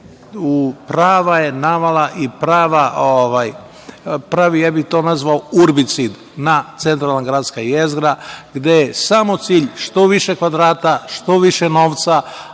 prava je navala i pravi, ja bih to nazvao, urbicid na centralna gradska jezgra, gde je samo cilj što više kvadrata, što više novca,